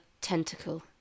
tentacle